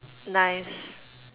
nice